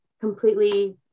completely